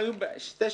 בחדר היו שני שולחנות,